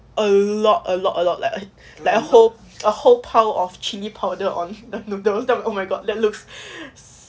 a lot a lot a lot like like a whole a whole pile of chilli powder on the noodles then oh my god that looks so